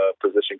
position